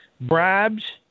bribes